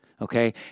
okay